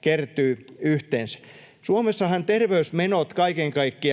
kertyy yhteensä. Suomessahan terveysmenot